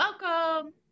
welcome